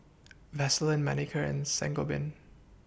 Vaselin Manicare and Sangobion